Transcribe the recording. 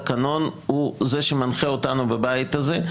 התקנון הוא זה שמנחה אותנו בבית הזה.